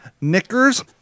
knickers